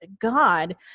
God